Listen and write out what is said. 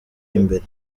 imbere